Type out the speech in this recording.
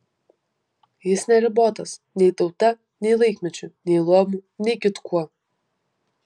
jis neribotas nei tauta nei laikmečiu nei luomu nei kitkuo